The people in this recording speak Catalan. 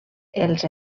els